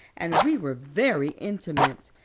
and we were very intimate.